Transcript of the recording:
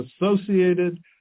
associated